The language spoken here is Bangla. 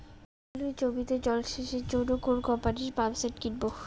আলুর জমিতে জল সেচের জন্য কোন কোম্পানির পাম্পসেট কিনব?